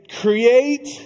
create